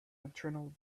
internal